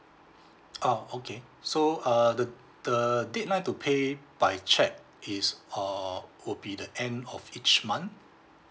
oh okay so uh the the deadline to pay by cheque is uh would be the end of each month